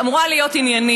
אמורה להיות עניינית.